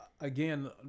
again